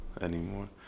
anymore